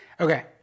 Okay